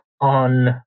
on